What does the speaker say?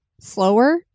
slower